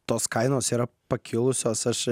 tos kainos yra pakilusios aš